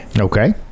okay